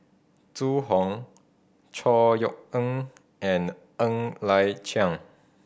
Zhu Hong Chor Yeok Eng and Ng Liang Chiang